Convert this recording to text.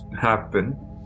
happen